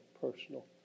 personal